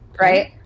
right